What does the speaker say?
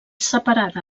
separada